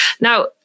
Now